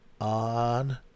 on